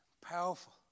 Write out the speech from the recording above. Powerful